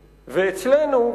ואצלנו,